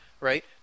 right